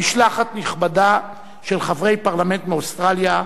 משלחת נכבדה של חברי פרלמנט מאוסטרליה,